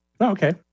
Okay